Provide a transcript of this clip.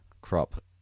crop